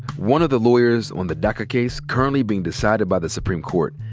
one of the lawyers on the daca case currently being decided by the supreme court,